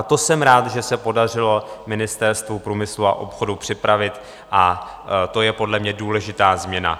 To jsem rád, že se to podařilo Ministerstvu průmyslu a obchodu připravit, a to je podle mě důležitá změna.